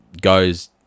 goes